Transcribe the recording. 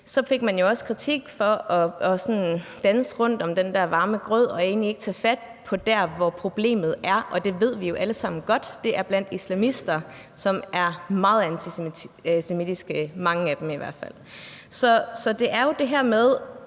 fik man også kritik for sådan at danse rundt om den der varme grød og egentlig ikke tage fat der, hvor problemet er, og det ved vi jo alle sammen godt hvor er: Det er blandt islamister, som er meget antisemitiske – mange af dem i hvert fald. Så det er jo det her med,